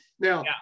Now